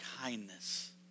kindness